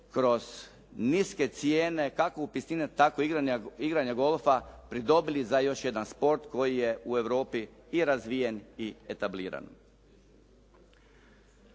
kroz niske cijene, kako upisnine tako igranja golfa pridobili za još jedan sport koji je u Europi i razvijen i etabliran.